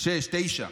ב-1999.